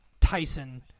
Tyson